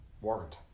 Warrant